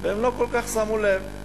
והם לא כל כך שמו לב.